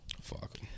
Fuck